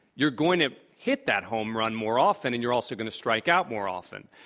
you're going to hit that homerun more often and you're also going to strike out more often.